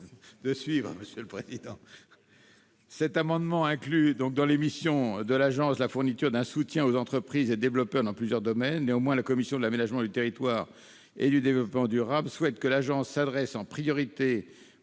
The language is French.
défavorable. L'amendement n° 50 rectifié inclut dans les missions de l'agence la fourniture d'un soutien aux entreprises et développeurs dans plusieurs domaines. Néanmoins, la commission de l'aménagement du territoire et du développement durable souhaite que l'agence s'adresse en priorité